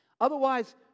Otherwise